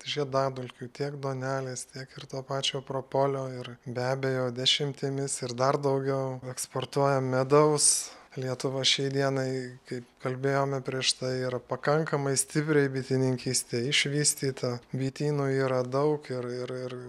žiedadulkių tiek duonelės tiek ir to pačio propolio ir be abejo dešimtimis ir dar daugiau eksportuojam medaus lietuva šiai dienai kaip kalbėjome prieš tai yra pakankamai stipriai bitininkystėj išvystyta bitynų yra daug ir ir ir